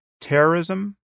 terrorism